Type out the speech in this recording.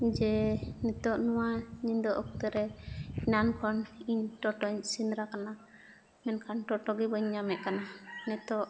ᱡᱮ ᱱᱤᱛᱚᱜ ᱱᱚᱣᱟ ᱧᱤᱫᱟᱹ ᱚᱠᱛᱮ ᱨᱮ ᱮᱱᱟᱱ ᱠᱷᱚᱱ ᱤᱧ ᱴᱳᱴᱳᱧ ᱥᱮᱸᱫᱽᱨᱟ ᱠᱟᱱᱟ ᱢᱮᱱᱠᱷᱟᱱ ᱴᱳᱴᱳᱜᱮ ᱵᱟᱹᱧ ᱧᱟᱢᱮᱫ ᱠᱟᱱᱟ ᱱᱤᱛᱚᱜ